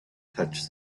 touched